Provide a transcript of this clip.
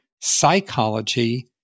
psychology